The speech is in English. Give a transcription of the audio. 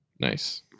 Nice